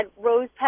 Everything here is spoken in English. rose